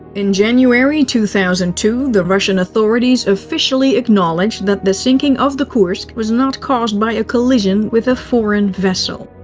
in january two thousand and two, the russian authorities officially acknowledged that the sinking of the kursk was not caused by a collision with a foreign vessel.